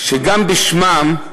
שגם בשמם,